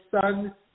sun